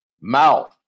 Mouth